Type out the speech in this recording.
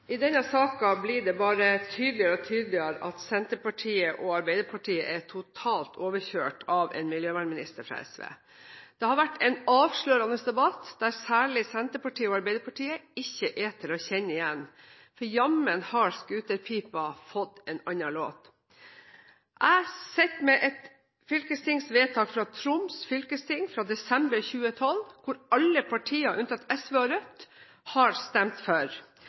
I denne saken blir det bare tydeligere og tydeligere at Senterpartiet og Arbeiderpartiet er totalt overkjørt av en miljøvernminister fra SV. Det har vært en avslørende debatt. Særlig Senterpartiet og Arbeiderpartiet er ikke til å kjenne igjen. For jammen har scooterpipa fått en annen låt. Jeg sitter med et fylkestingsvedtak fra Troms fylkesting fra desember 2012. Da stemte alle partier, unntatt SV og Rødt, for. Det betyr at også Arbeiderpartiet og Senterpartiet har